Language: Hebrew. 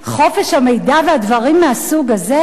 חופש המידע ודברים מהסוג הזה?